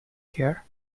care